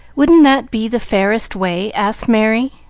wouldn't that be the fairest way? asked merry,